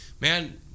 man